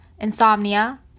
insomnia